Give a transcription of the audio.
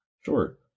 Sure